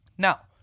Now